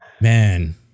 Man